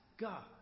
God